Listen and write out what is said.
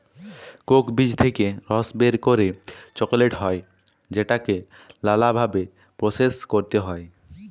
Coke বীজ থেক্যে রস বের করে চকলেট হ্যয় যেটাকে লালা ভাবে প্রসেস ক্যরতে হ্য়য়